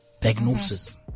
diagnosis